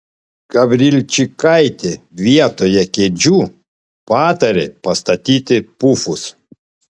gavrilčikaitė vietoje kėdžių patarė pastatyti pufus